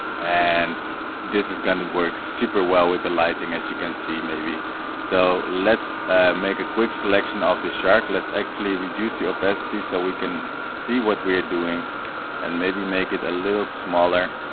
and this is going to work super well with the lighting as you can see maybe so let's make a quick selection of the shark let's actually reduce the opacity so we can see what we're doing and maybe make it a little smaller